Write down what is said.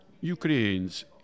Ukrainians